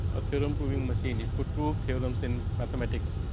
a theorem proving machine. it put prove theorems in mathematics.